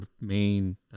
main